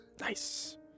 Nice